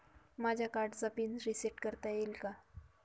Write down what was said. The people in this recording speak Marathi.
माझ्या कार्डचा पिन रिसेट करता येईल का?